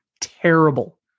terrible